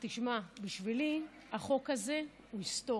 תשמע, בשבילי החוק הזה הוא היסטורי,